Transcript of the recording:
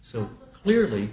so clearly